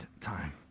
time